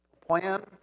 plan